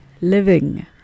living